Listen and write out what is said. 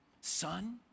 son